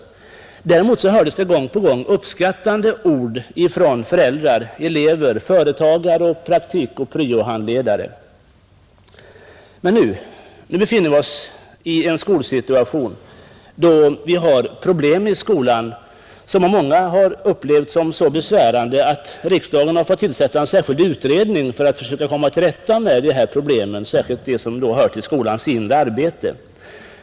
Däremot hördes gång på gång uppskattande ord från föräldrar, elever, företagare och praktikoch 117 pryo-handledare. Men nu befinner vi oss i en situation då vi har problem i skolan, som många har upplevt som så besvärande, att riksdagen har fått tillsätta en särskild utredning för att försöka komma till rätta med problemen, särskilt då de som hör till skolans inre arbete.